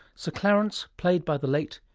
sir clarence, played by the late,